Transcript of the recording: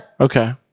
Okay